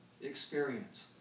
experience